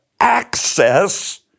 access